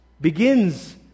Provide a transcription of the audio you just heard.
begins